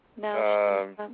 No